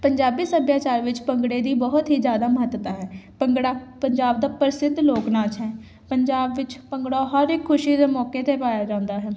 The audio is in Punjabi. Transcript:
ਪੰਜਾਬੀ ਸੱਭਿਆਚਾਰ ਵਿੱਚ ਭੰਗੜੇ ਦੀ ਬਹੁਤ ਹੀ ਜ਼ਿਆਦਾ ਮਹੱਤਤਾ ਹੈ ਭੰਗੜਾ ਪੰਜਾਬ ਦਾ ਪ੍ਰਸਿੱਧ ਲੋਕ ਨਾਚ ਹੈ ਪੰਜਾਬ ਵਿੱਚ ਭੰਗੜਾ ਹਰ ਇੱਕ ਖੁਸ਼ੀ ਦੇ ਮੌਕੇ 'ਤੇ ਪਾਇਆ ਜਾਂਦਾ ਹੈ